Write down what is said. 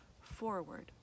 forward